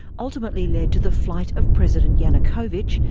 ultimately led to the flight of president yanukovych,